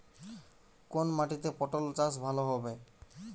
কোন মাটিতে পটল চাষ ভালো হবে?